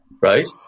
right